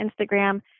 Instagram